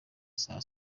saa